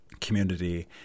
community